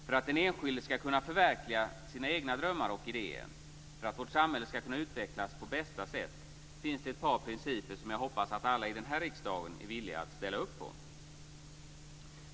För att den enskilde ska kunna förverkliga sina egna drömmar och idéer och för att vårt samhälle ska kunna utvecklas på bästa sätt finns det några principer som jag hoppas att alla i den här riksdagen är villiga att ställa upp på.